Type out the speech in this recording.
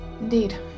indeed